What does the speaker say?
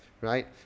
right